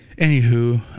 Anywho